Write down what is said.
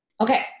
Okay